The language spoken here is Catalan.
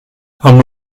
amb